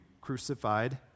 crucified